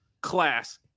class